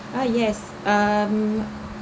ah yes um